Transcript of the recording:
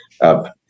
up